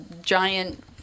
giant